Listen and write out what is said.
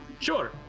Sure